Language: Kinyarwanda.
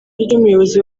ry’umuyobozi